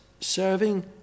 serving